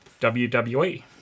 WWE